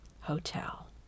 Hotel